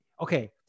Okay